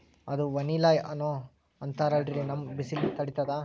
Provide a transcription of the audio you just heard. ಅದು ವನಿಲಾ ಏನೋ ಅಂತಾರಲ್ರೀ, ನಮ್ ಬಿಸಿಲ ತಡೀತದಾ?